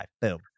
Boom